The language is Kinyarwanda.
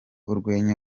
urwenya